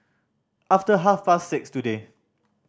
after half past six today